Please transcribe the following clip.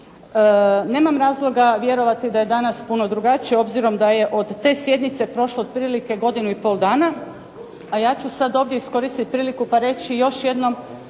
Nemam razloga vjerovati da je danas puno drugačije obzirom da je od te sjednice prošlo otprilike godinu i pol dana, a ja ću sad ovdje iskoristiti priliku pa reći još jednom